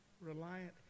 reliant